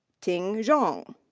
ting zhang.